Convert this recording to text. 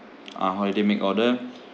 uh holiday make order